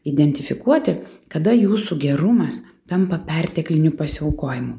identifikuoti kada jūsų gerumas tampa pertekliniu pasiaukojimu